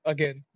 Again